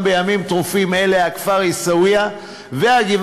גם בימים טרופים אלה הכפר עיסאוויה והגבעה-הצרפתית,